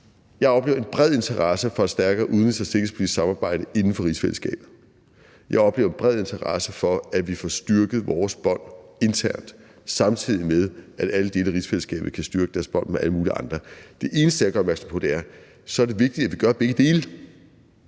jeg oplever en bred interesse for et stærkere udenrigs- og sikkerhedspolitisk samarbejde inden for rigsfællesskabet, og jeg oplever en bred interesse for, at vi får styrket vores bånd internt, samtidig med at alle dele af rigsfællesskabet kan styrke deres bånd med alle mulige andre. Det eneste, jeg gør opmærksom på, er, at så er det vigtigt, at vi gør begge dele,